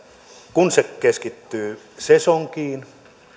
kun se keskittyy sesonkiin